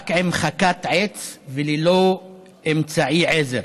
רק עם חכת עץ וללא אמצעי עזר,